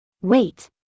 Wait